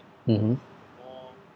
mmhmm